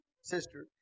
sister